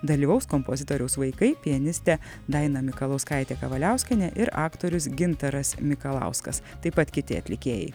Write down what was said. dalyvaus kompozitoriaus vaikai pianistė daina mikalauskaitė kavaliauskienė ir aktorius gintaras mikalauskas taip pat kiti atlikėjai